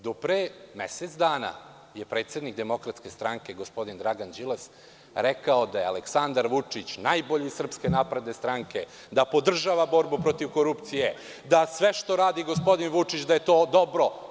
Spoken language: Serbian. Do pre mesec dana je predsednik DS, gospodin Dragan Đilas, rekao da je Aleksandar Vučić najbolji iz SNS, da podržava borbu protiv korupcije, da sve što radi gospodin Vučić da je to dobro.